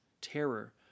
terror